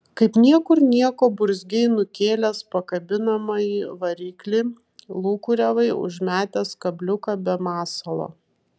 kaip niekur nieko burzgei nukėlęs pakabinamąjį variklį lūkuriavai užmetęs kabliuką be masalo